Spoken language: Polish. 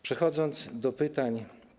Przechodzę do pytań.